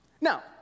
Now